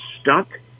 stuck